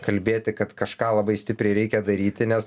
kalbėti kad kažką labai stipriai reikia daryti nes